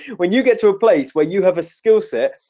when you get to a place where you have a skill set?